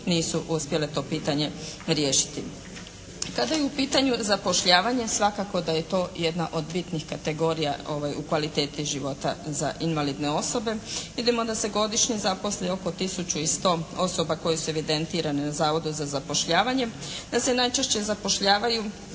nisu uspjele to pitanje riješiti. Kada je u pitanju zapošljavanje svakako da je to jedna od bitnih kategorija u kvaliteti života za invalidne osobe. Vidimo da se godišnje zaposli oko tisuću i 100 osoba koje su evidentirane na Zavodu za zapošljavanje. Da se najčešće zapošljavaju